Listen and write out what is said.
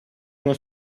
uno